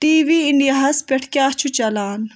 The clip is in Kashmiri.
ٹی وی اِنٛڈیاہَس پٮ۪ٹھ کیٛاہ چھُ چلان